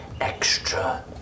extra